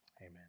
Amen